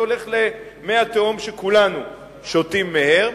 זה הולך למי התהום שכולנו שותים מהם.